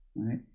right